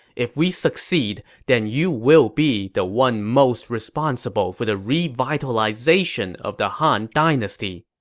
if we succeed, then you will be the one most responsible for the revitalization of the han dynasty.